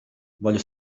voglio